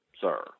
sir